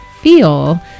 feel